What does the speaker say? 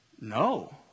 No